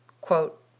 Quote